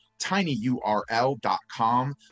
tinyurl.com